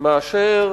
מאשר